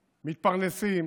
מתפרנסים,